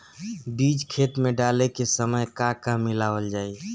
बीज खेत मे डाले के सामय का का मिलावल जाई?